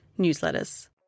newsletters